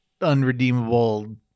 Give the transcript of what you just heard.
unredeemable